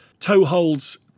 toeholds